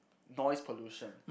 noise pollution